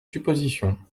suppositions